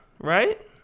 right